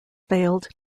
failed